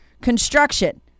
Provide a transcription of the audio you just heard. construction